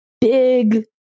big